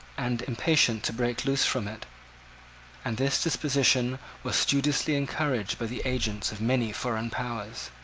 and impatient to break loose from it and this disposition was studiously encouraged by the agents of many foreign powers.